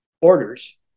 orders